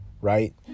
right